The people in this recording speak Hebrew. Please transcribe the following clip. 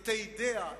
את האידיאה,